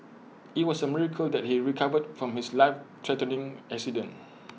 IT was A miracle that he recovered from his life threatening accident